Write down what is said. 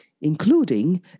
including